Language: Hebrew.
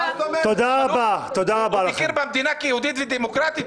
הוא מכיר ביהודית ודמוקרטית.